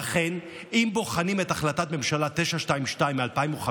ואכן, אם בוחנים את החלטת הממשלה 922 מ-2015,